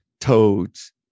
toads